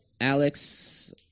Alex